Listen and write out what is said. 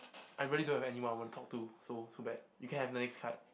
I really don't have anyone I want to talk to so too bad you can have the next card